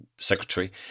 secretary